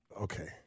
okay –